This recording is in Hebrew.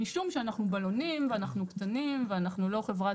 משום שאנחנו בלונים ואנחנו קטנים ואנחנו לא חברת